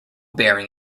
bearing